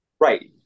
Right